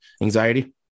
anxiety